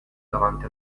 davanti